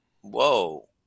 Whoa